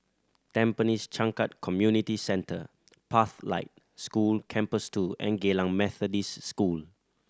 Tampines Changkat Community Centre Pathlight School Campus Two and Geylang Methodist School